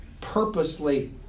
purposely